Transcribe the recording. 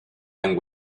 and